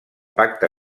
pacte